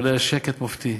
אבל היה שקט מופתי,